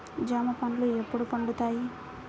జామ పండ్లు ఎప్పుడు పండుతాయి?